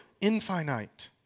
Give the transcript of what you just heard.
infinite